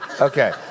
Okay